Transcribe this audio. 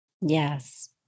Yes